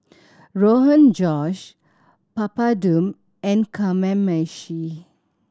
Rogan Josh Papadum and Kamameshi